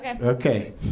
Okay